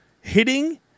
hitting